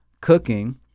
cooking